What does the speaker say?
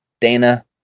Dana